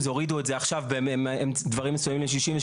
הורידו את זה עכשיו בדברים מסוימים ל-66%.